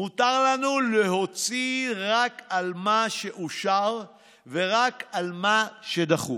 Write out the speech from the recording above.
מותר לנו להוציא רק על מה שאושר ורק את מה שדחוף.